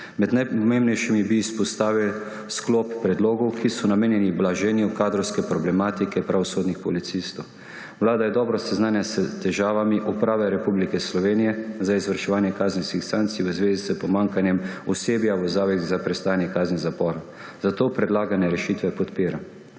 Med najpomembnejšimi bi izpostavil sklop predlogov, ki so namenjeni blaženju kadrovske problematike pravosodnih policistov. Vlada je dobro seznanjena s težavami Uprave Republike Slovenije za izvrševanje kazenskih sankcij v zvezi s pomanjkanjem osebja v zavodih za prestajanje kazni zapora, zato predlagane rešitve podpira.